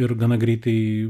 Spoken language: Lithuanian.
ir gana greitai